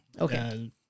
Okay